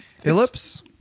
Phillips